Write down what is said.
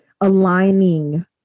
aligning